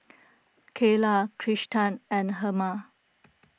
Cayla Kristan and Herma